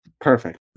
Perfect